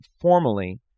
formally